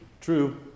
True